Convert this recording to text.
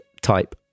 Type